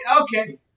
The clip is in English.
Okay